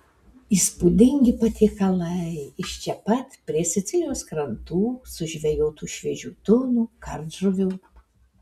įspūdingi patiekalai iš čia pat prie sicilijos krantų sužvejotų šviežių tunų kardžuvių